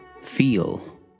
feel